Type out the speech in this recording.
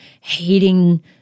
hating